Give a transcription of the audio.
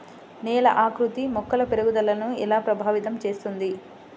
నేల ఆకృతి మొక్కల పెరుగుదలను ఎలా ప్రభావితం చేస్తుంది?